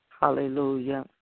Hallelujah